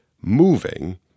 moving